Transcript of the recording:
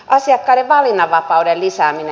asiakkaiden valinnanvapauden lisääminen